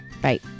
Bye